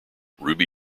ruby